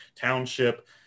township